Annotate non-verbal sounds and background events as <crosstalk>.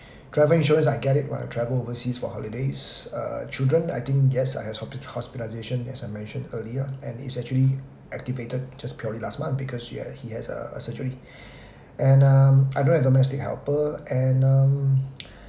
driver insurance I get it when I travel overseas for holidays children err children I think yes I have hospi~ hospitalisation as I mentioned earlier and is actually activated just purely last month because she has he has a a surgery and um I don't have domestic helper and um <noise>